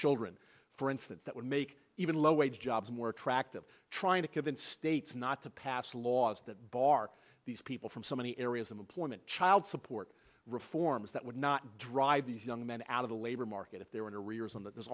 children for instance that would make even a low wage jobs more attractive trying to convince states not to pass laws that bar these people from so many areas of employment child support reforms that would not drive these young men out of the labor market if they were in